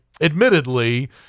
admittedly